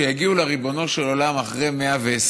כשהם יגיעו לריבונו של עולם אחרי 120,